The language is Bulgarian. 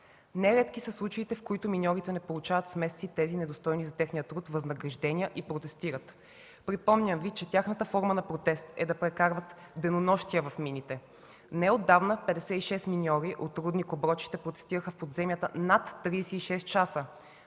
Нередки са случаите, в които миньорите не получават с месеци тези недостойни за техния труд възнаграждения и протестират. Припомням Ви, че тяхната форма на протест е да прекарват денонощия в мините. Неотдавна 56 миньори от рудник „Оброчище” протестираха в подземията за 36 часа.